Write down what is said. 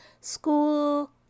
school